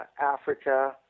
Africa